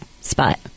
spot